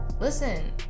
listen